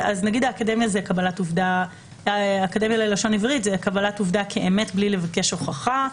אז באקדמיה ללשון עברית זה "קבלת עובדה כאמת בלי לבקש הוכחה",